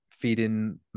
Feeding